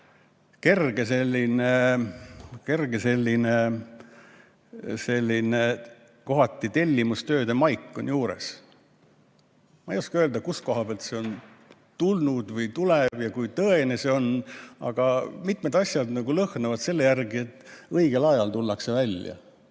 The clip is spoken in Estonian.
on sel kerge tellimustöö maik juures. Ma ei oska öelda, kust kohast see on tulnud või tuleb ja kui tõene see on, aga mitmed asjad lõhnavad selle järele, et õigel ajal tullakse välja